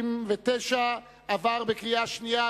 התשס”ט 2009, עברה בקריאה שנייה.